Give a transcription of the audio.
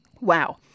Wow